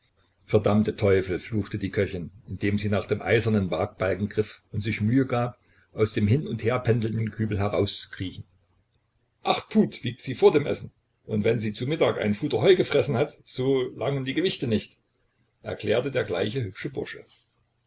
verdammte teufel fluchte die köchin indem sie nach dem eisernen wagbalken griff und sich mühe gab aus dem hin und herpendelnden kübel herauszukriechen acht pud wiegt sie vor dem essen und wenn sie zu mittag ein fuder heu gefressen hat so langen die gewichte nicht erklärte der gleiche hübsche bursche